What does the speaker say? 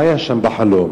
מה היה שם בחלום?